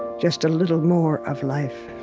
just a little more of life?